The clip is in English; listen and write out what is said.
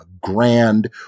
grand